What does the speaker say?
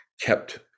kept